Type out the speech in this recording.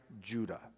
Judah